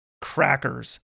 crackers